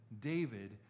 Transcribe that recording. David